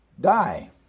die